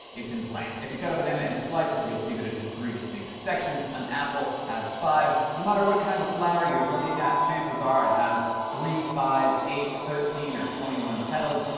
it's in plants. if you cut a banana into slices, you'll see it has three distinct sections an apple has five. no matter what kind of flower you're looking at, chances are it has three, five, eight, thirteen, or twenty one petals.